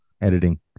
Editing